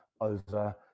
over